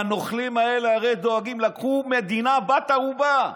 והנוכלים האלה הרי דואגים, לקחו מדינה בת ערובה.